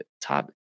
top